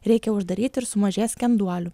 reikia uždaryt ir sumažės skenduolių